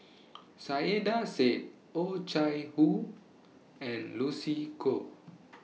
Saiedah Said Oh Chai Hoo and Lucy Koh